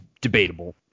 debatable